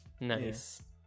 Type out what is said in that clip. Nice